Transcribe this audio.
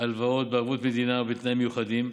הלוואות בערבות מדינה בתנאים מיוחדים,